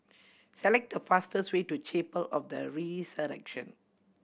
select the fastest way to Chapel of the Resurrection